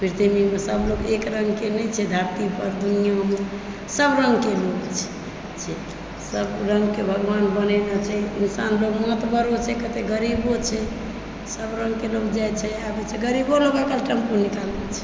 प्रतिदिन सब लोक एक रङ्गके नहि छै धरतीपर दुनिआँमे सब रङ्गके लोक छै सब रङ्गके भगवान बनेने छै इंसान महतगरो छै कते गरीबो छै सब रङ्गके लोक जाइ छै आबै छै गरीबो लोक आइकाल्हि टेम्पो निकालै छै